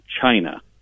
China